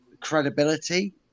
credibility